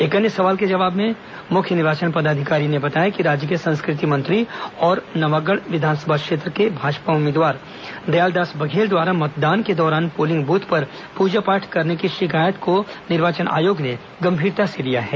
एक अन्य सवाल के जवाब में मुख्य निर्वाचन पदाधिकारी ने बताया कि राज्य के संस्कृति मंत्री और नवागढ़ विधानसभा क्षेत्र से भाजपा उम्मीदवार दयालदास बघेल द्वारा मतदान के दौरान पोलिंग बूथ पर पूजापाठ करने की शिकायत को निर्वाचन आयोग ने गंभीरता से लिया है